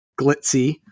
glitzy